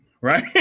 right